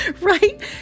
right